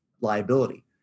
liability